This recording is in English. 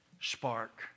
spark